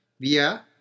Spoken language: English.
via